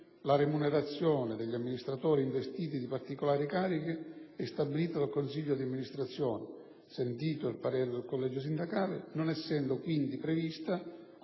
la remunerazione degli amministratori investiti di particolari cariche è stabilita dal consiglio di amministrazione, sentito il parere del collegio sindacale, non essendo quindi prevista